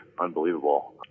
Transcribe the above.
unbelievable